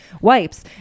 wipes